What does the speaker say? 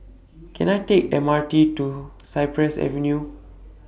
Can I Take M R T to Cypress Avenue